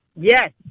Yes